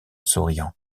souriant